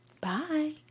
Bye